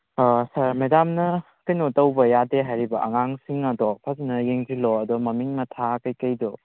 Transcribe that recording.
ꯁꯥꯔ ꯃꯦꯗꯥꯝꯅ ꯀꯩꯅꯣ ꯇꯧꯕ ꯌꯥꯗꯦ ꯍꯥꯏꯔꯤꯕ ꯑꯉꯥꯡꯁꯤꯡ ꯑꯗꯣ ꯐꯖꯟꯅ ꯌꯦꯡꯁꯤꯜꯂꯣ ꯑꯗꯣ ꯃꯃꯤꯡ ꯃꯊꯥ ꯀꯩꯀꯩꯗꯣ